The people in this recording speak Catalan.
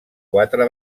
quatre